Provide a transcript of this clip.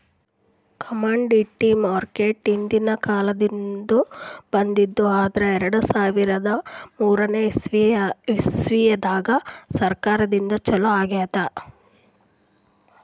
commodity market ಹಿಂದ್ಕಿನ್ ಕಾಲದಿಂದ್ಲು ಬಂದದ್ ಆದ್ರ್ ಎರಡ ಸಾವಿರದ್ ಮೂರನೇ ಇಸ್ವಿದಾಗ್ ಸರ್ಕಾರದಿಂದ ಛಲೋ ಆಗ್ಯಾದ್